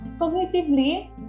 cognitively